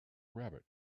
rabbit